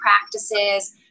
practices